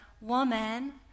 woman